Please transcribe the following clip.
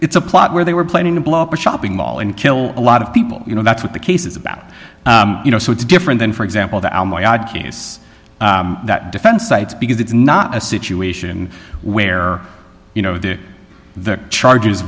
it's a plot where they were planning to blow up a shopping mall and kill a lot of people you know that's what the case is about you know so it's different than for example that god gave us that defense sites because it's not a situation where you know that the charge